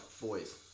boys